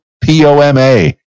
P-O-M-A